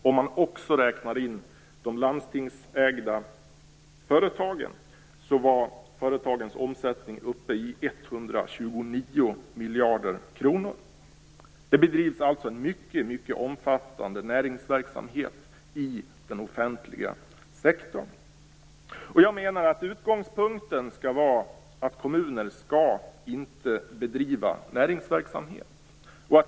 Om man också räknar in de landstingsägda företagen var företagens omsättning uppe i 129 miljarder kronor Det bedrivs alltså en mycket omfattande näringsverksamhet i den offentliga sektorn. Jag menar att utgångspunkten skall vara att kommuner inte skall bedriva näringsverksamhet.